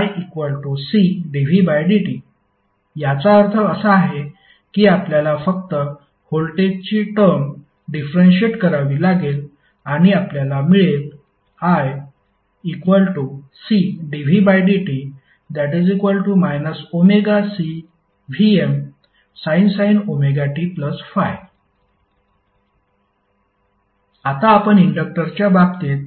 iCdvdt याचा अर्थ असा आहे की आपल्याला फक्त व्होल्टेजची टर्म डिफरेन्शिएट करावी लागेल आणि आपल्याला मिळेल iCdvdt ωCVmsin ωt∅ आता आपण इंडक्टरच्या बाबतीत